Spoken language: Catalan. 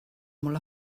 molt